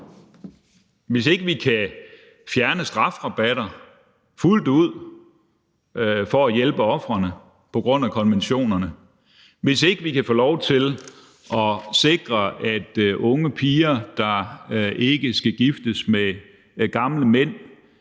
hvis ikke vi kan fjerne strafrabatter fuldt ud for at hjælpe ofrene på grund af konventionerne; hvis ikke vi kan få lov til at sikre, at unge piger ikke skal giftes med gamle mænd,